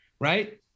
right